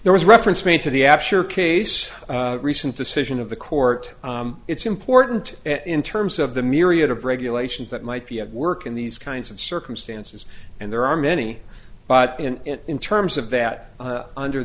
there was reference made to the app sure case recent decision of the court it's important in terms of the myriad of regulations that might be at work in these kinds of circumstances and there are many but and in terms of that under